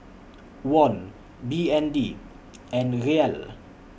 Won B N D and Riyal